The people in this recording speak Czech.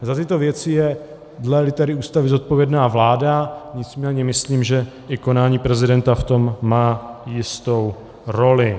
Za tyto věci je dle litery Ústavy zodpovědná vláda, nicméně myslím, že i konání prezidenta v tom má jistou roli.